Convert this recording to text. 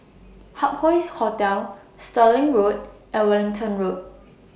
Hup Hoe Hotel Stirling Road and Wellington Road